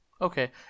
Okay